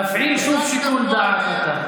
תפעיל שוב שיקול דעת.